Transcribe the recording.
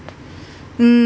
mm